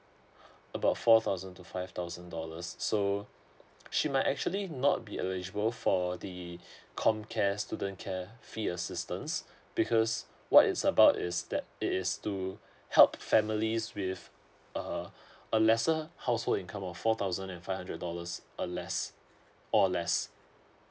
about four thousand to five thousand dollars so she might actually not be eligible for the com care student care fee assistance because what is about is that it is to help families with uh a lesser household income of four thousand and five hundred dollars a less or less